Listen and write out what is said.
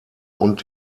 und